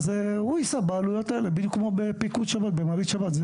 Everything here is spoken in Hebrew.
הוא יישא בעלויות האלה בדיוק כמו בפיקוד שבת במעלית שבת,